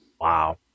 Wow